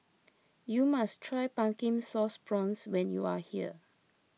you must try Pumpkin Sauce Prawns when you are here